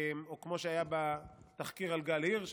כמו שהיה בתחקיר על גל הירש,